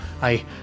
I-